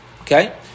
Okay